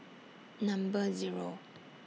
Number Zero